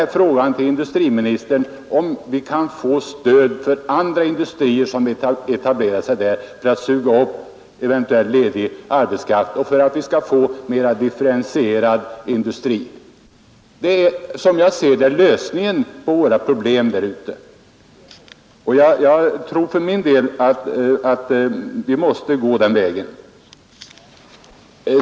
Därför frågade jag civilministern om vi kan få stöd för andra industrier som vill etablera sig där för att suga upp eventuellt ledig arbetskraft, så att vi får en mera differentierad industri. Det är, som jag ser det, lösningen på våra problem. Jag tror för min del att det är den vägen som man måste gå.